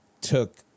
took